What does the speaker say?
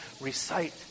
recite